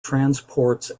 transports